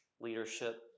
leadership